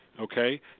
okay